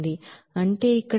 అంటే ఇక్కడ 1231 - 392